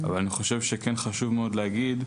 אבל אני חושב שכן חשוב מאוד להגיד,